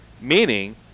Meaning